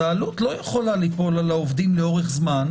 אז העלות לא יכולה ליפול על העובדים לאורך זמן.